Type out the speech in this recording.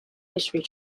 history